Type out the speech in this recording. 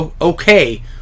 Okay